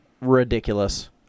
ridiculous